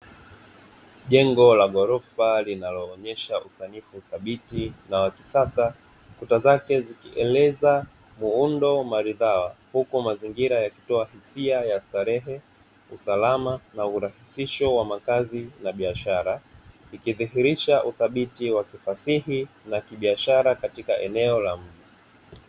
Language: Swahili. Jengo la ghorofa linaloonesha usanifu dhabiti na wa kisasa, kuta zake zikieleza muundo maridhawa, huku mazingira yakiakisi kuwa ya starehe, usalama na urahisisho wa makazi na biashara ikidhihirisha uthabiti wa kifasishi, na kibiashara katika eneo la mji.